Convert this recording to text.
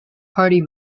party